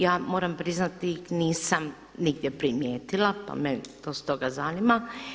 Ja moram priznati nisam nigdje primijetila pa me to stoga zanima.